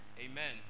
Amen